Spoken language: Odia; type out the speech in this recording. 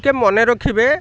ଟିକେ ମନେ ରଖିବେ